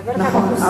נכון,